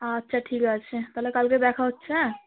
আচ্ছা ঠিক আছে তালে কালকে দেখা হচ্ছে অ্যা